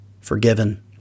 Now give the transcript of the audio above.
forgiven